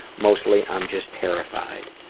mostly i'm just terrified.